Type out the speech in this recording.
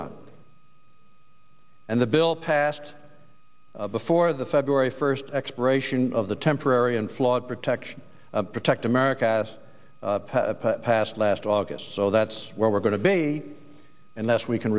on and the bill passed before the february first expiration of the temporary unflawed protection protect america as passed last august so that's where we're going to be unless we can